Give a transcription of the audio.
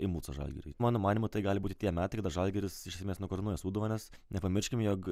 impuslą žalgiriui mano manymu tai gali būti tie metai kada žalgiris iš esmės nukarūnuoja sūduvą nes nepamirškim jog